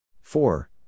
Four